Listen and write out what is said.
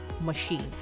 machine